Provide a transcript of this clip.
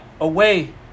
away